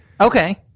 Okay